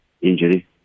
injury